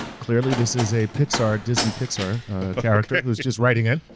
clearly this is a pixar, disney-pixar character, who is just writing in.